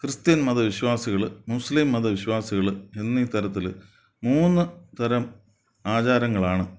Christian മതവിശ്വാസികൾ Muslim മതവിശ്വാസികൾ എന്നീ തരത്തിൽ മൂന്നു തരം ആചാരങ്ങളാണ്